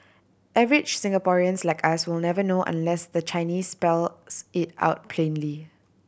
average Singaporeans like us will never know unless the Chinese spells it out plainly